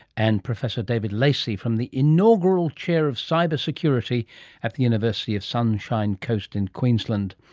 and professor david lacey from the inaugural chair of cybersecurity at the university of sunshine coast in queensland.